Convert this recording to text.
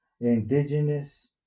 indigenous